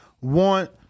want